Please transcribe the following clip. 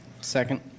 Second